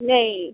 नहीं